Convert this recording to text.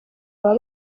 baba